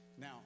Now